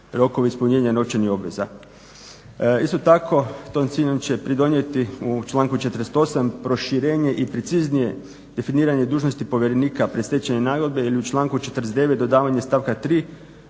rokovi ispunjenja i novčanih obveza. Isto tako tom cilju će pridonijeti u članku 48. Proširenje i preciznije definiranje dužnosti povjerenika predstečajne nagodbe jer je u članku 49. dodavanje stavka 3.